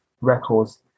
records